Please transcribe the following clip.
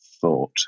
thought